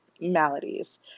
maladies